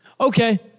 okay